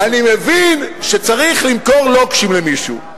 אני מבין שצריך למכור לוקשים למישהו.